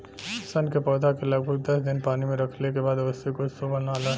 सन के पौधा के लगभग दस दिन पानी में रखले के बाद ओसे कुछो बनला